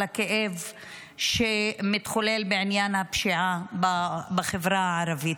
הכאב שמתחולל בעניין הפשיעה בחברה הערבית,